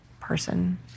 person